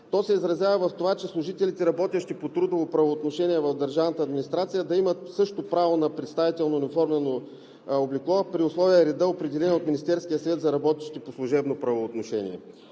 То се изразява в това служителите, работещи по трудово правоотношение в държавната администрация, да имат също право на представително униформено облекло при условие и реда, определен от Министерския съвет за работещите по служебно правоотношение.